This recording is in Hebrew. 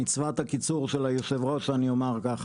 במצוות הקיצור של היו"ר אני אומר ככה,